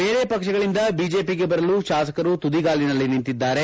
ಬೇರೆ ಪಕ್ಷಗಳಿಂದ ಬಿಜೆಪಿಗೆ ಬರಲು ಶಾಸಕರು ತುದಿಗಾಲಲ್ಲಿ ನಿಂತಿದ್ದಾರೆ